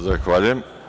Zahvaljujem.